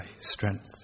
strength